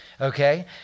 Okay